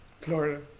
Florida